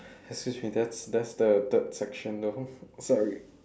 excuse me that's that's the the third section though sorry